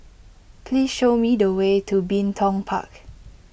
please show me the way to Bin Tong Park